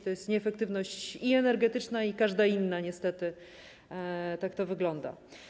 To jest nieefektywność i energetyczna, i każda inna niestety, tak to wygląda.